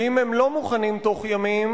ואם הם לא מוכנים בתוך ימים,